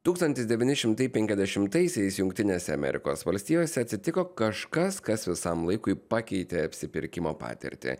tūkstantis devyni šimtai penkiasdešimtaisiais jungtinėse amerikos valstijose atsitiko kažkas kas visam laikui pakeitė apsipirkimo patirtį